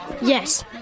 Yes